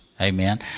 Amen